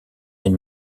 une